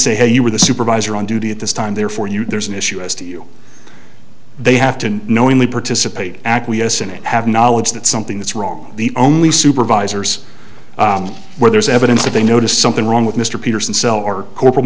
say you were the supervisor on duty at this time therefore you there's an issue as to you they have to knowingly participate acquiesce in it have knowledge that something's wrong the only supervisors where there's evidence that they noticed something wrong with mr peterson cell or corpora